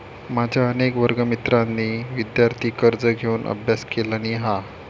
माझ्या अनेक वर्गमित्रांनी विदयार्थी कर्ज घेऊन अभ्यास केलानी हा